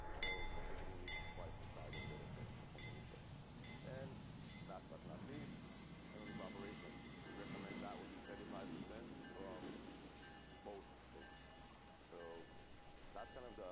so basically we need twice the size of a data set performer rephrase an last but not least then we've operations. we recommend that would be thirty five percent from both basically so that's kind of